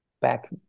back